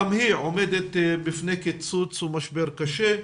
גם היא עומדת בפני קיצוץ ומשבר קשה.